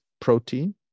protein